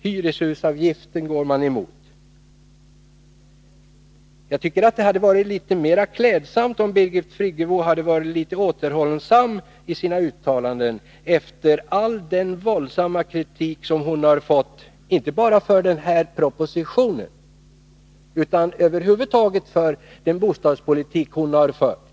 Hyreshusavgiften går moderaterna emot, säger Birgit Friggebo. Det hade varit klädsamt om Birgit Friggebo hade varit litet mer återhållsam i sina uttalanden, efter all den våldsamma kritik som hon har fått, inte bara för denna proposition, utan över huvud taget för den bostadspolitik som hon har fört.